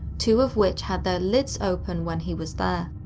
two of which had their lids open when he was there.